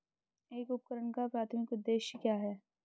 एक उपकरण का प्राथमिक उद्देश्य क्या है?